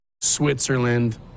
Switzerland